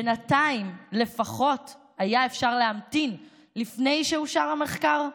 בינתיים לפחות היה אפשר להמתין עד שיאושר המחקר.